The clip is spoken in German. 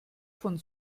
von